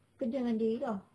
kerja dengan diri kau